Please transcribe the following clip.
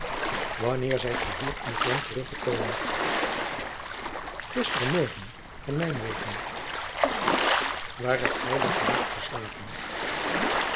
wanneer zijt ge hier in t land terug gekomen gisteren morgen van nijmwegen waar hebt gij dan van nacht geslapen